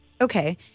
Okay